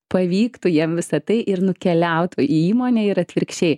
pavyktų jiem visa tai ir nukeliautų į įmonę ir atvirkščiai